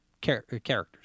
characters